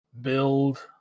Build